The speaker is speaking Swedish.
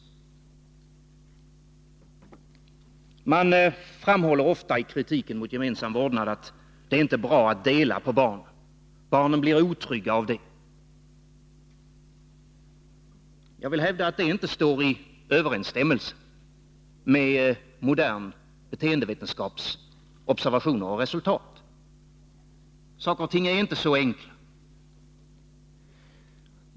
Man framhåller ofta i kritiken mot gemensam vårdnad att det inte är bra att dela på barnen. Barnen skulle bli otrygga av det. Jag vill hävda att det inte står i överensstämmelse med modern beteendevetenskaps observationer och resultat. Saker och ting är inte så enkla.